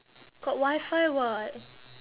got WiFi [what]